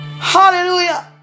Hallelujah